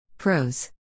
Pros